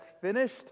finished